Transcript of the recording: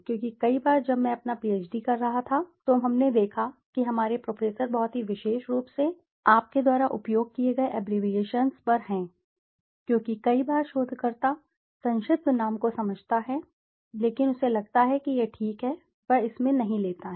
क्योंकि कई बार जब मैं अपना पीएचडी कर रहा था तो हमने देखा कि हमारे प्रोफेसर बहुत ही विशेष रूप से आपके द्वारा उपयोग किए गए अब्बरेविएशन पर हैं क्योंकि कई बार शोधकर्ता संक्षिप्त नाम को समझता है लेकिन उसे लगता है कि यह ठीक है और वह इसमें नहीं लेता है